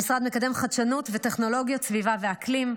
המשרד מקדם חדשנות וטכנולוגיות סביבה ואקלים.